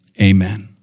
Amen